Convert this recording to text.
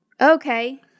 Okay